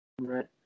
Right